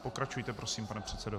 Pokračujte prosím, pane předsedo.